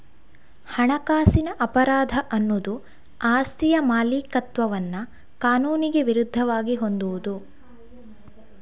ಹಣಕಾಸಿನ ಅಪರಾಧ ಅನ್ನುದು ಆಸ್ತಿಯ ಮಾಲೀಕತ್ವವನ್ನ ಕಾನೂನಿಗೆ ವಿರುದ್ಧವಾಗಿ ಹೊಂದುವುದು